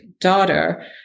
daughter